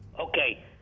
Okay